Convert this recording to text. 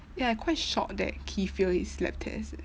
ya I quite shock that kee fail his lab test eh